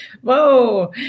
Whoa